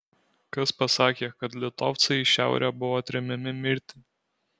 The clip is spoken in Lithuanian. kas pasakė kad litovcai į šiaurę buvo tremiami mirti